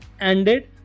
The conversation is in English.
ended